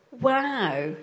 Wow